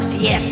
yes